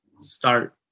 start